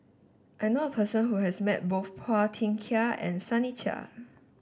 I now a person who has met both Phua Thin Kiay and Sunny Sia